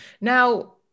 Now